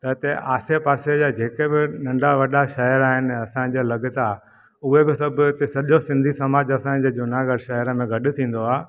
त हिते आसे पासे जा जेके बि वॾा नंढा शहर आहिनि असांजे लॻता उहे बि सभु हिते सॼो सिंधी समाज असांजे जूनागढ़ शहर में गॾु थींदो आहे